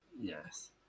Yes